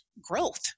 growth